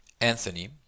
Anthony